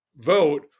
vote